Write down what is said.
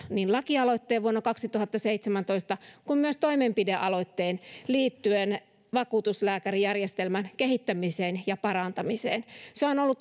niin lakialoitteen vuonna kaksituhattaseitsemäntoista kuin myös toimenpidealoitteen liittyen vakuutuslääkärijärjestelmän kehittämiseen ja parantamiseen se on